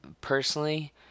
personally